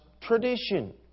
tradition